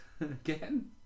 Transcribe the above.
again